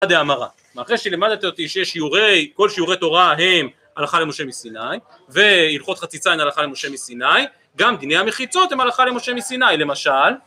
ואחרי שלמדת אותי שיש שיעורי.. כל שיעורי תורה הם הלכה למשה מסיני, והלכות חציצה הם הלכה למשה מסיני, גם דיני המחיצות הם הלכה למשה מסיני, למשל,